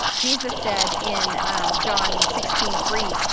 jesus said in john sixteen three,